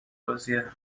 بازیه